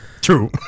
True